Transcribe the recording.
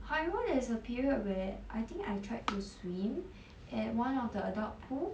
however there is a period where I think I tried to swim at one of the adult pool